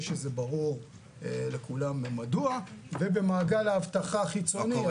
שזה ברור לכולם מדוע - ובמעגל האבטחה החיצוני,